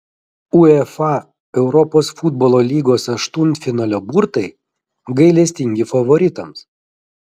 uefa europos futbolo lygos aštuntfinalio burtai gailestingi favoritams